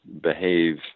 behave